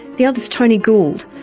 the other is tony gould.